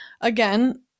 Again